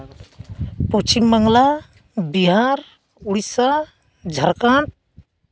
Paschim Bangla Bihar Odisha Jharkhand